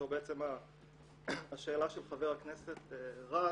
זו בעצם השאלה של חבר הכנסת רז.